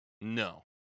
No